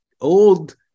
old